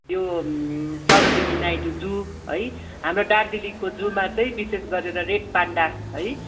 यो सरोजनी नायडू जू है हाम्रो दार्जिलिङको जूमा चाहिँ विशेष गरेर रेड पान्डा है